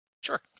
Sure